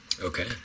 Okay